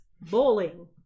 bowling